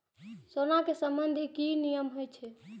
सोना के बंधन के कि नियम छै?